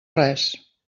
res